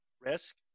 risk